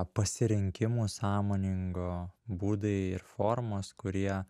pasirinkimų sąmoningo būdai ir formos kurie